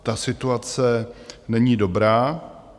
Ta situace není dobrá.